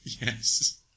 Yes